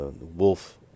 wolf